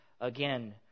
again